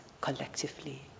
collectively